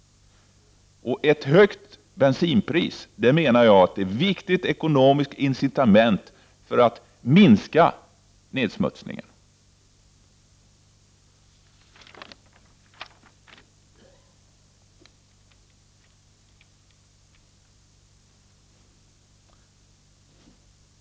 Ett högt bensinpris är ett viktigt ekonomiskt incitament för att minska nedsmutsningen.